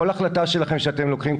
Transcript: כל החלטה שלכם שאתם לוקחים,